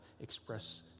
express